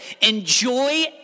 enjoy